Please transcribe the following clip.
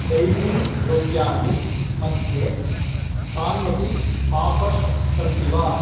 dairy द्रव्याणि मध्ये कान्यपि आफर्स् सन्ति वा